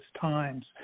times